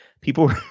People